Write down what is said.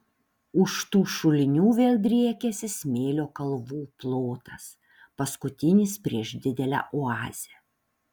už tų šulinių vėl driekiasi smėlio kalvų plotas paskutinis prieš didelę oazę